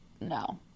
No